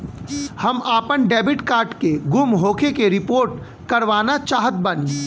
हम आपन debit card के गुम होखे के रिपोर्ट करवाना चाहत बानी